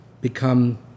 become